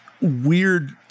weird